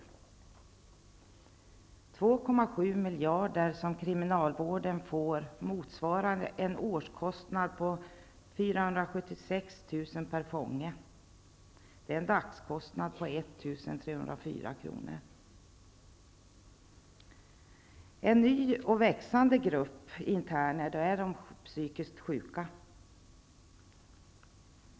De 2,7 miljarder som kriminalvården får motsvarar en årskostnad på 476 000 kronor per fånge. Det är dagkostnad på 1 304 kronor. En ny och växande grupp interner är de psykiskt sjuka.